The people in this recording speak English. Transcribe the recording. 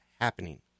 happening